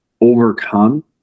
overcome